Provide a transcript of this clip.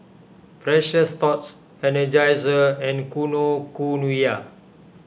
Precious Thots Energizer and Kinokuniya